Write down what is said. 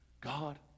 God